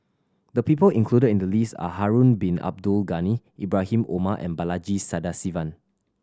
the people included in the list are Harun Bin Abdul Ghani Ibrahim Omar and Balaji Sadasivan